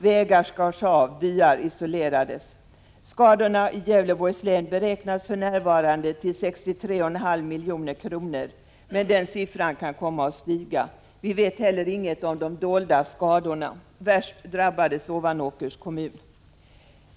Vägar skars av, och byar isolerades. Skadorna i Gävleborgs län beräknas för närvarande uppgå till 63,5 milj.kr., men den siffran kan komma att stiga. Vi vet heller inget om de dolda skadorna. Värst drabbades Ovanåkers kommun.